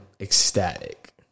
ecstatic